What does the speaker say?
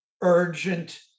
urgent